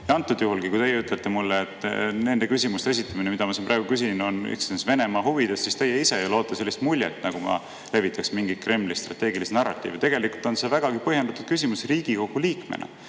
Antud juhulgi, kui teie ütlete mulle, et nende küsimuste esitamine, mida ma siin praegu küsin, on üksnes Venemaa huvides, siis teie ise ju loote sellist muljet, nagu ma levitaks mingeid Kremli strateegilisi narratiive. Tegelikult on see vägagi põhjendatud küsimus Riigikogu liikmena,